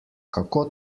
kako